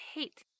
Hate